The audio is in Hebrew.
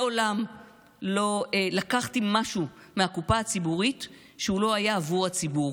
מעולם לא לקחתי משהו מהקופה הציבורית שלא היה בעבור הציבור.